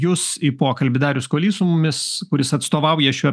jus į pokalbį darius kuolys su mumis kuris atstovauja šiuo